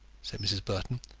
said mrs. burton,